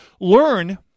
Learn